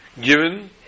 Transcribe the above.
given